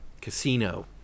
casino